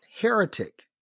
Heretic